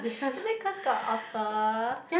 is that cause got offer